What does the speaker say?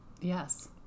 Yes